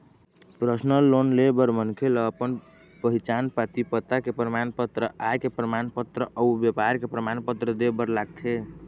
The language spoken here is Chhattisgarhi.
परसनल लोन ले बर मनखे ल अपन पहिचान पाती, पता के परमान पत्र, आय के परमान पत्र अउ बेपार के परमान पत्र दे बर लागथे